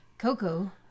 Coco